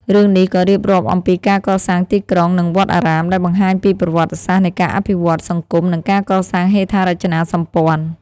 រឿងនេះក៏រៀបរាប់អំពីការកសាងទីក្រុង និងវត្តអារាម ដែលបង្ហាញពីប្រវត្តិសាស្រ្តនៃការអភិវឌ្ឍន៍សង្គម និងការកសាងហេដ្ឋារចនាសម្ព័ន្ធ ។